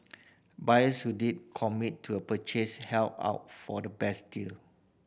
buyers who did commit to a purchase held out for the best deal